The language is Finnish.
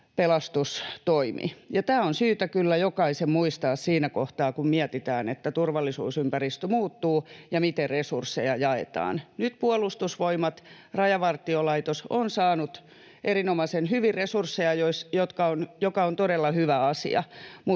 Pelastustoimi. Tämä on syytä kyllä jokaisen muistaa siinä kohtaa, kun mietitään, että turvallisuusympäristö muuttuu ja miten resursseja jaetaan. Nyt Puolustusvoimat ja Rajavar-tiolaitos ovat saaneet erinomaisen hyvin resursseja, mikä on todella hyvä asia,